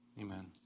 Amen